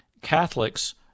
Catholics